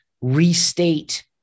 restate